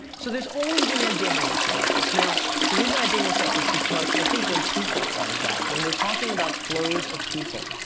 so there's always an ambivalence about this. now the reason i bring this up is because i think when people are involved, when we're talking about flows of people,